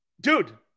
Dude